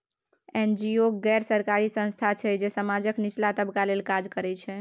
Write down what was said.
NGO गैर सरकारी संस्था छै जे समाजक निचला तबका लेल काज करय छै